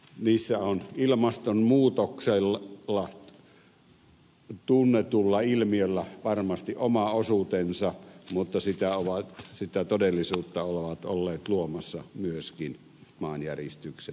niissä on ilmastonmuutoksella tunnetulla ilmiöllä varmasti oma osuutensa mutta sitä todellisuutta ovat olleet luomassa myöskin maanjäristykset jnp